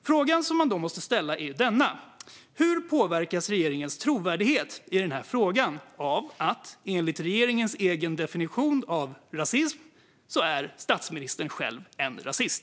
Frågan man då måste ställa är denna: Hur påverkas regeringens trovärdighet i den här frågan av att statsministern enligt regeringens egen definition av rasism själv är en rasist?